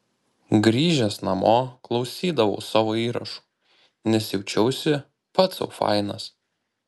grįžęs namo klausydavau savo įrašų nes jaučiausi pats sau fainas